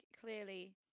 clearly